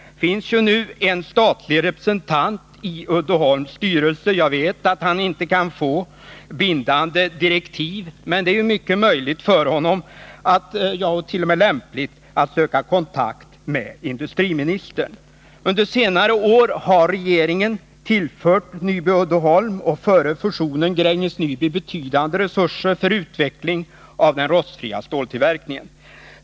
Det finns ju nu en statlig representant i Uddeholms styrelse. Jag vet att han inte kan få bindande direktiv, men det är ju möjligt — och t.o.m. lämpligt — för honom att söka kontakt med industriministern. Under senare år har regeringen tillfört Nyby Uddeholm, och före fusionen Gränges Nyby — betydande resurser för utveckling av tillverkning av rostfritt stål.